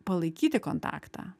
palaikyti kontaktą